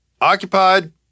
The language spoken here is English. occupied